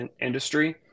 industry